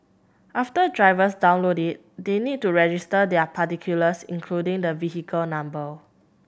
after drivers download it they need to register their particulars including the vehicle number